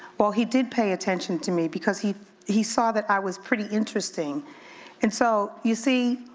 well, he did pay attention to me because he he saw that i was pretty interesting and so you see,